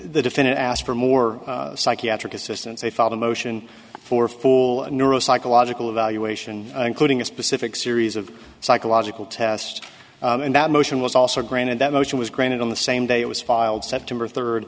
the defendant asked for more psychiatric assistance they found a motion for full neuropsychological evaluation including a specific series of psychological tests and that motion was also granted that motion was granted on the same day it was filed september third